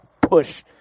push